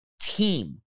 team